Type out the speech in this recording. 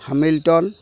Hamilton